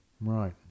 Right